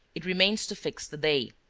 it remains to fix the day.